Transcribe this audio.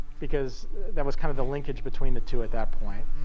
because that was kind of the linkage between the two at that point.